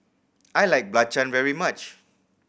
I like belacan very much